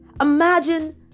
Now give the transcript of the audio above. Imagine